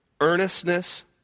earnestness